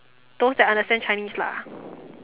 those that understand Chinese lah